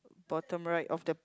bottom right of the